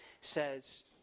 says